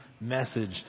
message